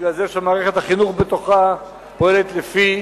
בגלל זה מערכת החינוך בתוכה פועלת לפי